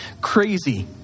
crazy